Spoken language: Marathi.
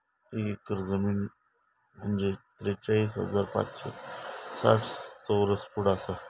एक एकर जमीन म्हंजे त्रेचाळीस हजार पाचशे साठ चौरस फूट आसा